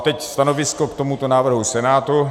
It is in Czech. Teď stanovisko k tomuto návrhu Senátu.